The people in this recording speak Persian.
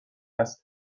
است